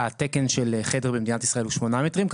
התקן של חדר במדינת ישראל הוא 8 מטרים,